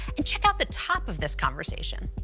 and check out the top of this conversation.